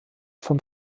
vom